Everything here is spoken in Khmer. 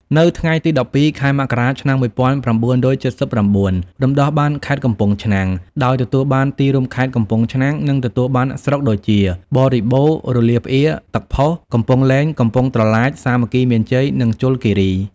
នៅថ្ងៃទី ១២ ខែមករា ឆ្នាំ ១៩៧៩ រំដោះបានខេត្តកំពង់ឆ្នាំង ដោយទទួលបានទីរួមខេត្ត កំពង់ឆ្នាំង និងទទួលបានស្រុកដូចជា បរិបូរណ៍ រលាប្អៀរ ទឹកផុស កំពង់លែង កំពង់ត្រឡាច សាមគ្គីមានជ័យ និងជលគីរី។